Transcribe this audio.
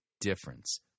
difference